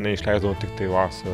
mane išleisdavo tiktai vasarą